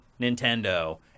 Nintendo